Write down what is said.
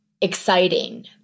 exciting